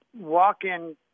walk-in